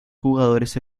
jugadores